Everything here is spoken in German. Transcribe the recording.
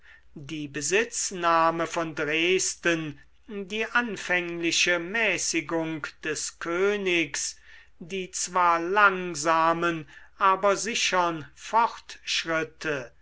die besitznahme von dresden die anfängliche mäßigung des königs die zwar langsamen aber sichern fortschritte